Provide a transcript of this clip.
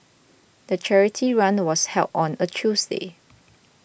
the charity run was held on a Tuesday